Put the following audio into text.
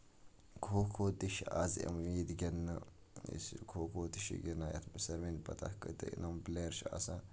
کھو کھو تہِ چھُ آز یِوان ییٚتہِ گِنٛدنہٕ یُس یہِ کھو کھو تہِ چھُ گِندان یَتھ منٛز ساروی چھُ پَتہ کۭتیاہ پٔلریر چھِ آسان